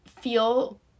feel